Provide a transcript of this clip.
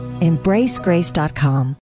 EmbraceGrace.com